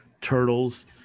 turtles